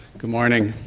good morning.